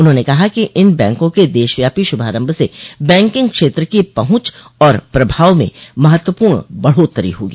उन्होंने कहा कि इन बैंकों के देशव्यापी शभारम्भ से बैंकिंग क्षेत्र की पहुंच और प्रभाव में महत्वपूर्ण बढ़ोतरी होगी